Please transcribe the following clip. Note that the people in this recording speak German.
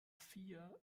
vier